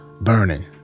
burning